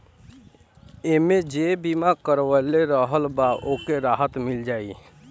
एमे जे बीमा करवले रहल बा ओके राहत मिल जाई